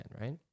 right